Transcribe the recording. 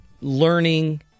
learning